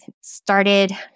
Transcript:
started